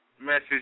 message